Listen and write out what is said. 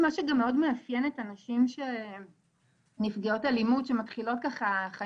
כשאת מסכמת את התקופה האחרונה שעליה ככה סיפרת בהרחבה,